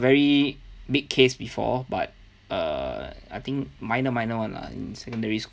very big case before but err I think minor minor [one] lah in secondary